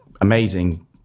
amazing